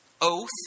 oath